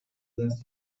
دستشان